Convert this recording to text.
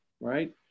right